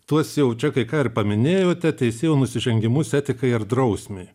tuos jau čia kai ką ir paminėjote teisėjų nusižengimus etikai ar drausmei